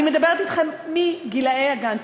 אני מדברת אתכם מגילאי הגן.